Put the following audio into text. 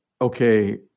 okay